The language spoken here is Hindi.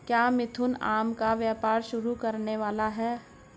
क्या मिथुन आम का व्यापार शुरू करने वाला है?